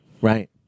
right